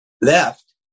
left